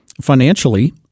financially